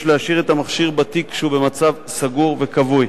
יש להשאיר את המכשיר בתיק כשהוא במצב סגור וכבוי.